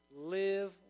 Live